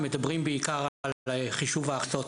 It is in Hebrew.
מדברים בעיקר על חישוב ההכנסות,